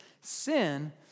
sin